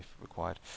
required